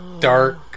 dark